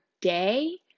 day